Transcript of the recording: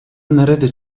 nerede